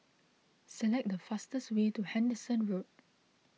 select the fastest way to Henderson Road